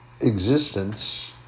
existence